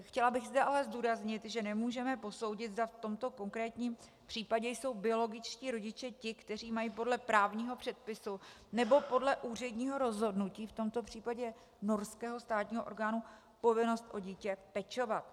Chtěla bych zde ale zdůraznit, že nemůžeme posoudit, zda v tomto konkrétním případě jsou biologičtí rodiče ti, kteří mají podle právního předpisu nebo podle úředního rozhodnutí v tomto případě norského státního orgánu povinnost o dítě pečovat.